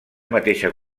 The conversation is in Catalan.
mateixa